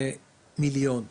זה מיליון.